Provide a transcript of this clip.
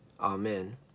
Amen